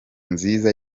nziza